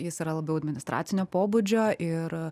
jis yra labiau administracinio pobūdžio ir